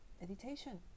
meditation